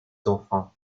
enfants